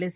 S